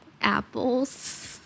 apples